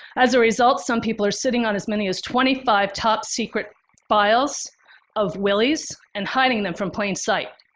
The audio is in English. as a result, some people are sitting on as many as twenty five top secret files of willies and hiding them from plain sight.